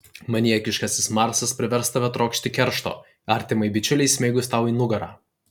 maniakiškasis marsas privers tave trokšti keršto artimai bičiulei smeigus tau į nugarą